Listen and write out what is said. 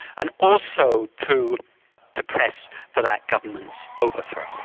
and also to to press for that government's overthrow.